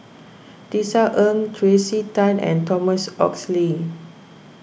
Tisa Ng Tracey Tan and Thomas Oxley